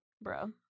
Bro